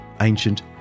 ancient